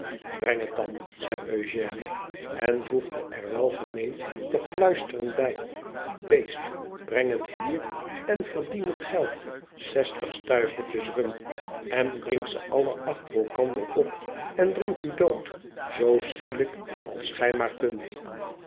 breng het dan zei eugène en voegde er welgemeend doch fluisterend bij beest breng het hier en verdien het geld zestig stuivertjes rum en drink ze alle achter elkander op en drink u dood zoo schielijk als gij maar kunt